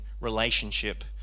relationship